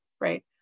right